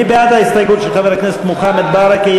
מי בעד ההסתייגות של חבר הכנסת מוחמד ברכה,